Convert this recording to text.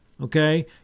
okay